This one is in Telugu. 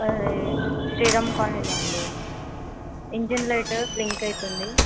అదే శ్రీరామ్ కాలనీలో అండి ఇంజన్ లైట్ బ్లింక్ అవుతుంది